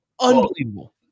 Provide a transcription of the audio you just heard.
Unbelievable